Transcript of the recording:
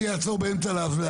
אני אעצור באמצע לזה,